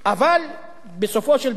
אבל בסופו של דבר,